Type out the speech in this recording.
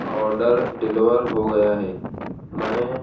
order deliver ہو گیا ہے میں